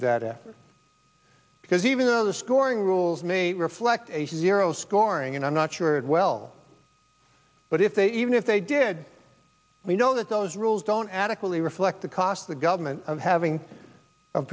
effort because even though the scoring rules may reflect a zero scoring and i'm not sure that well but if they even if they did we know that those rules don't adequately reflect the cost the government having